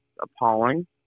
appalling